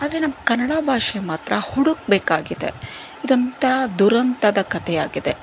ಆದರೆ ನಮ್ಮ ಕನ್ನಡ ಭಾಷೆ ಮಾತ್ರ ಹುಡುಕಬೇಕಾಗಿದೆ ಇದೊಂಥರ ದುರಂತದ ಕಥೆಯಾಗಿದೆ